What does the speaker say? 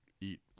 eat